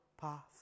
path